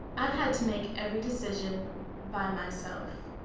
i've had to make every decision by myself.